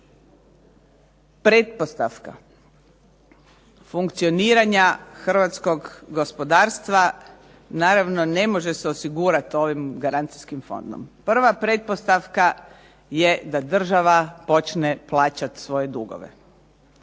Pretpostavka funkcioniranja hrvatskog gospodarstva, naravno ne može se osigurati ovim garancijskim fondom. Prva pretpostavka je da država počne plaćati svoje dugove.